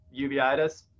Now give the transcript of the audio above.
uveitis